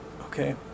Okay